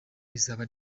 izaba